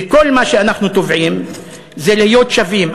וכל מה שאנחנו תובעים זה להיות שווים.